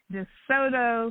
DeSoto